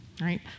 right